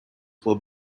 were